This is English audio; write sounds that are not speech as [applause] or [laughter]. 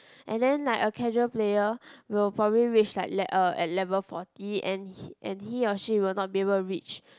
and then like a casual player will probably reach like le~ uh at level forty and [breath] and he or she will not be able to reach